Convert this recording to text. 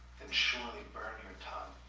then surely burn your tongue.